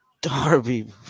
Darby